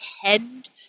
tend